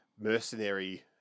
mercenary